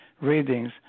readings